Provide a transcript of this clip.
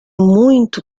muito